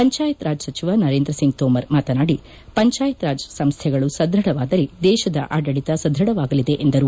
ಪಂಚಾಯತ್ ರಾಜ್ ಸಚಿವ ನರೇಂದ್ರ ಸಿಂಗ್ ತೋಮರ್ ಮಾತನಾಡಿ ಪಂಚಾಯತ್ ರಾಜ್ ಸಂಸ್ಥೆಗಳು ಸದೃಢವಾದರೆ ದೇಶದ ಆಡಳಿತ ಸದೃಢವಾಗಲಿದೆ ಎಂದರು